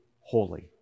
holy